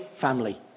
family